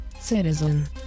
citizen